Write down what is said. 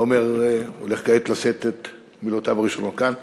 ועמר הולך כעת לשאת את מילותיו הראשונות כאן.